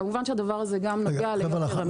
כמובן שהדבר הזה נוגע גם ליוקר המחיה.